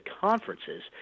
conferences